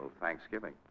Thanksgiving